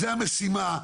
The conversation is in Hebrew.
זו המשימה.